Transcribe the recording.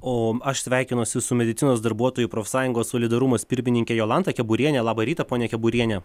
o aš sveikinuosi su medicinos darbuotojų profsąjungos solidarumas pirmininke jolanta keburiene labą rytą ponia keburiene